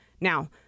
Now